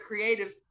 creatives